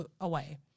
away